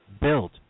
built